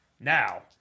Now